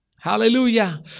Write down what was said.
Hallelujah